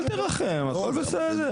אל תרחם, הכל בסדר.